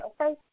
okay